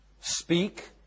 Speak